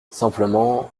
simplement